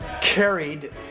carried